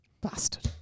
Bastard